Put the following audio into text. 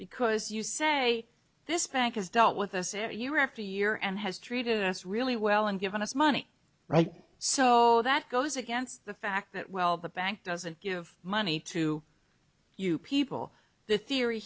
because you say this bank has dealt with us here year after year and has treated us really well and given us money right so that goes against the fact that well the bank doesn't give money to you people the theory